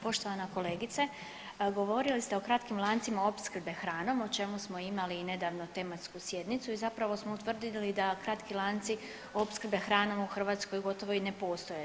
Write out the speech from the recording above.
Poštovana kolegice, govorili ste o kratkim lancima opskrbe hranom o čemu smo imali i nedavno tematsku sjednicu i zapravo smo utvrdili da kratki lanci opskrbe hranom u Hrvatskoj gotovo i ne postoje.